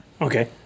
okay